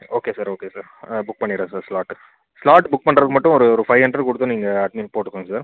okay sir okay sir book பண்ணிடுறேன் sir slot slot book பண்ணுறதுக்கு மட்டும் ஒரு ஒரு ஃபைவ் ஹண்ட்ரட் கொடுத்து நீங்கள் அட்மிஷன் போட்டுக்கணும் சார்